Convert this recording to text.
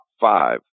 five